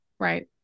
Right